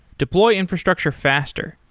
deploy infrastructure faster.